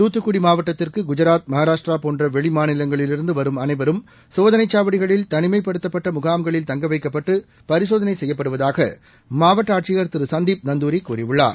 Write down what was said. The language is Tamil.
தூத்துக்குடி மாவட்டத்திற்கு குஜராத் மகாராஷ்டிரா போன்ற வெளி மாநிலத்திலிருந்து வரும் அளைவரும் சோதனை சாவடிகளில் தனிமைப்படுத்தப்பட்ட முகாம்களில் தங்க வைக்கப்பட்டு பரிசோதனை செய்யப்படுவதாக மாவட்ட ஆட்சியர் திரு சந்தீப் நந்தூரி கூறியுள்ளார்